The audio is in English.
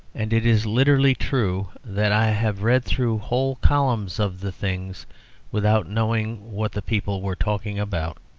and it is literally true that i have read through whole columns of the things without knowing what the people were talking about.